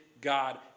God